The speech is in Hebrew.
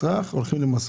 חולים?